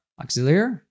auxiliary